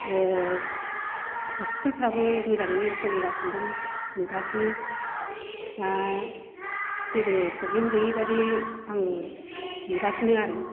हस्पिटेलफ्राबो मोजाङैनो सोलिगासिनो दं नुगासिनो दा जेबो प्रब्लेम गैयै बायदि आं नुगासिनो आरो